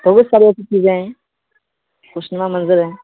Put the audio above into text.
بہت طرح کی ایسی چیزیں ہیں خوش نما منظر ہے